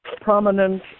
prominent